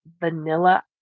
vanilla